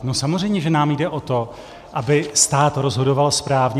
No samozřejmě, že nám jde o to, aby stát rozhodoval správně.